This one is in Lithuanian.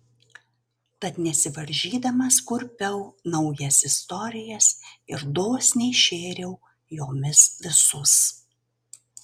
tad nesivaržydamas kurpiau naujas istorijas ir dosniai šėriau jomis visus